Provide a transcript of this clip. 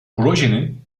projenin